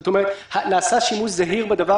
זאת אומרת, נעשה שימוש זהיר בזה.